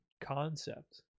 concept